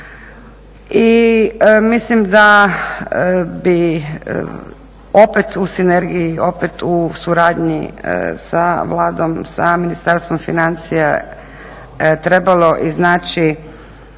I mislim da bi opet u sinergiji, opet u suradnji sa Vladom, sa Ministarstvom financija trebalo iznaći